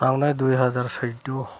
थांनाय दुइ हाजार सुइद्द'